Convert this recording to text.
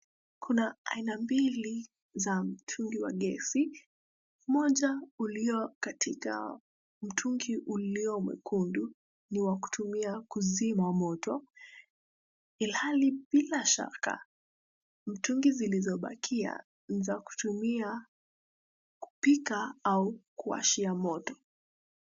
Kuna aina mbili za mtungi wa gesi moja ulio katika mtungi ulio mwekundu ni wa kutumia kuzima moto, ilhali bila shaka mtungi zilizobakia ni za kutumia kupika au kuwashia moto.